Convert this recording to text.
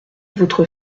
votre